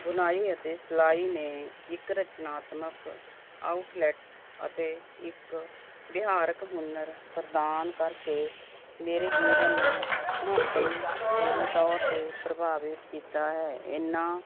ਬੁਣਾਈ ਅਤੇ ਸਿਲਾਈ ਨੇ ਇੱਕ ਰਚਨਾਤਮਕ ਆਊਟਲੈਟ ਅਤੇ ਇੱਕ ਵਿਹਾਰਕ ਹੁਨਰ ਪ੍ਰਦਾਨ ਕਰਕੇ ਮੇਰੇ ਜੀਵਨ ਨੂੰ ਮਹੱਤਵਪੂਰਨ ਤੌਰ 'ਤੇ ਪ੍ਰਭਾਵਿਤ ਕੀਤਾ ਹੈ ਇਹਨਾਂ